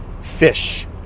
fish